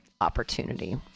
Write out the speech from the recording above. opportunity